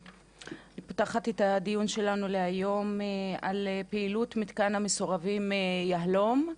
אני פותחת את הדיון שלנו להיום על פעילות מתקן המסורבים יהלו"ם.